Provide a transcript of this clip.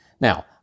Now